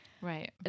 Right